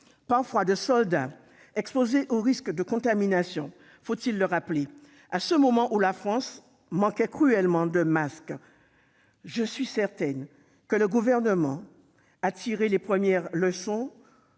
parfois de soldats exposés au risque de contamination, à un moment, faut-il le rappeler, où la France manquait cruellement de masques. Je suis certaine que le Gouvernement a tiré les premières leçons